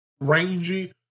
rangy